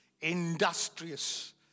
industrious